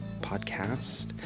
podcast